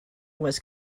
was